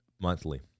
monthly